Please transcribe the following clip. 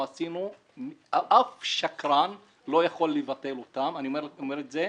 אף שקרן לא יבטל את ההישגים שאנחנו עשינו.